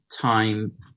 time